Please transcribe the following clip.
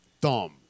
dumb